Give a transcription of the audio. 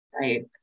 Right